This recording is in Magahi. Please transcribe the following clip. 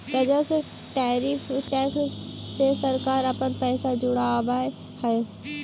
राजस्व टैरिफ टैक्स से सरकार अपना पैसा जुटावअ हई